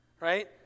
right